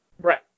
right